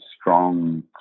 strong